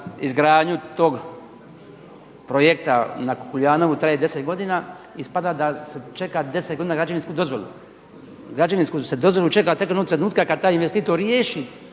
izgradnju tog projekta na Kukuljanovu traje 10 godina ispada da se čeka 10 godina građevinsku dozvolu. Građevinsku se dozvolu čeka tek onog trenutka kada taj investitor riješi